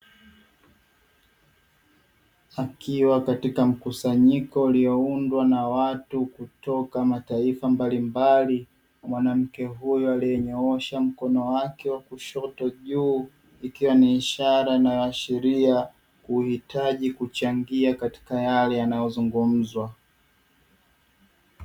Akiwa katika mkusanyiko ulioundwa na watu kutoka mataifa mbalimbali, mwanamke huyo aliyenyoosha mkono wake wa kushoto juu, ikiwa ni ishara inayoashiria kuhitaji kuchangia katika yale yanayozungumzwa.